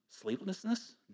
Sleeplessness